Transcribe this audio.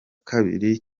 kabiri